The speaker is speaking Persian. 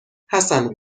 حسن